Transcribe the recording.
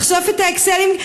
לחשוף את ה"אקסלים",